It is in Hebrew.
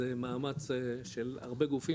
זה מאמץ של הרבה גופים,